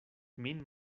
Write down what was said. min